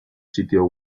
sitio